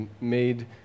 made